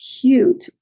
cute